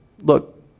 look